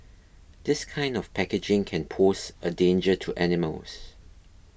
this kind of packaging can pose a danger to animals